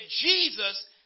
Jesus